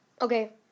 okay